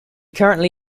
currently